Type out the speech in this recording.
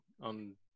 on